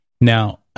Now